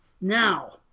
Now